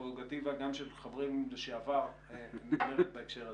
הפררוגטיבה גם של חברים לשעבר נגמרת בהקשר הזה.